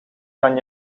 kan